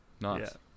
Nice